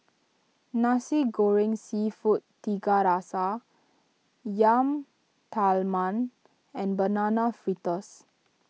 Nasi Goreng Seafood Tiga Rasa Yam Talam and Banana Fritters